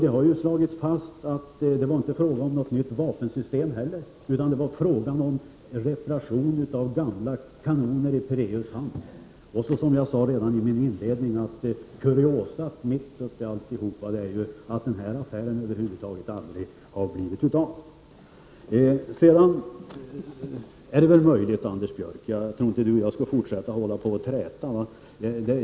Det har ju slagits fast att det inte heller var frågan om ett nytt vapensystem. Det var fråga om reparation av gamla kanoner i Pireus hamn. Något som jag redan i min inledning påpekade som ett kuriosum är att den här affären över huvud taget aldrig har blivit av. Anders Björck och jag skall väl inte fortsätta att träta.